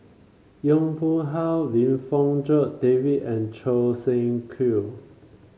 Yong Pung How Lim Fong Jock David and Choo Seng Quee